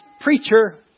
preacher